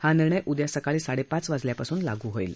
हा निर्णय उद्या सकाळी साडेपाच वाजल्यापासून लागू होईल